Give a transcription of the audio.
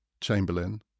Chamberlain